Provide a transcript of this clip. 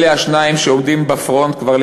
אלה השניים שעומדים בפרונט כבר יותר